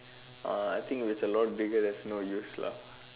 uh I think if it was a lot bigger there's no use lah